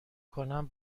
کنم